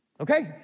okay